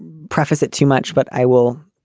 preface it too much, but i will.